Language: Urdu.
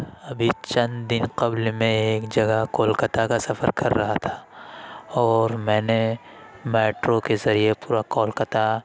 ابھی چند دن قبل میں ایک جگہ کولکتا کا سفر کر رہا تھا اور میں نے میٹرو کے ذریعے پورا کولکتا